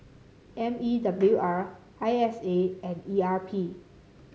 M E W R I S A and E R P